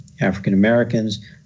African-Americans